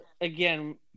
Again